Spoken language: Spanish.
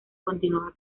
continuaba